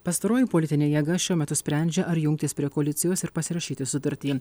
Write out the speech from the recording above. pastaroji politinė jėga šiuo metu sprendžia ar jungtis prie koalicijos ir pasirašyti sutartį